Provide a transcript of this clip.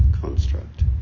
construct